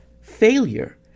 Failure